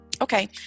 Okay